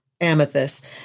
amethyst